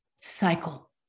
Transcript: cycle